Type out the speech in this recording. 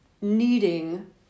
needing